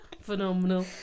Phenomenal